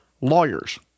Lawyers